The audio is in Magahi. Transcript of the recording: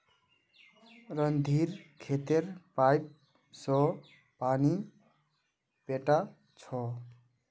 रणधीर खेतत पाईप स पानी पैटा छ